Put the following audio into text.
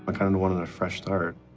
but kind of wanted a fresh start,